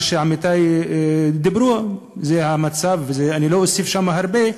מה שעמיתי דיברו זה המצב, ואני לא אוסיף שם הרבה.